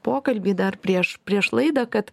pokalbį dar prieš prieš laidą kad